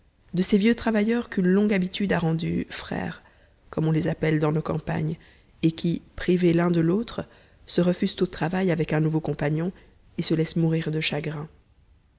de ces vieux travailleurs qu'une longue habitude a rendus frères comme on les appelle dans nos campagnes et qui privés l'un de l'autre se refusent au travail avec un nouveau compagnon et se laissent mourir de chagrin